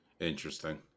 Interesting